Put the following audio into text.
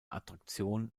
attraktion